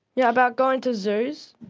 yeah about going to zoos.